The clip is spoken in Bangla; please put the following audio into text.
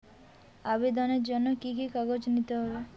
আবেদনের জন্য কি কি কাগজ নিতে হবে?